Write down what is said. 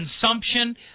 consumption